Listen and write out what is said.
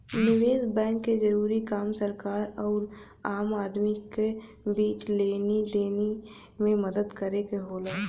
निवेस बैंक क जरूरी काम सरकार आउर आम आदमी क बीच लेनी देनी में मदद करे क होला